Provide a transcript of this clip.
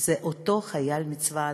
זה אותו חייל מהצבא האדום.